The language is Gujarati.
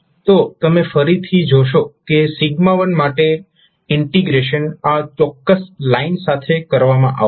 તો તમે ફરીથી જોશો કે કોઈ 1માટે ઇન્ટિગ્રેશન આ ચોક્કસ લાઇન સાથે કરવામાં આવશે